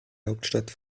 hauptstadt